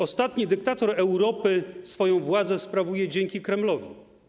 Ostatni dyktator Europy swoją władzę sprawuje dzięki Kremlowi.